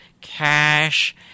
cash